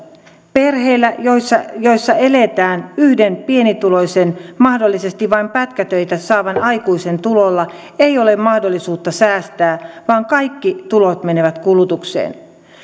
perheillä joissa joissa eletään yhden pienituloisen mahdollisesti vain pätkätöitä saavan aikuisen tuloilla ei ole mahdollisuutta säästää vaan kaikki tulot menevät kulutukseen